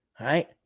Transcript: right